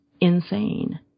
insane